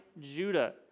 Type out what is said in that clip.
Judah